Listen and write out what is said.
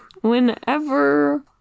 Whenever